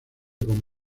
con